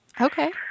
Okay